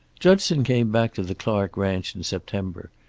judson came back to the clark ranch in september,